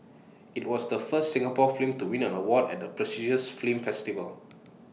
IT was the first Singapore film to win an award at the prestigious film festival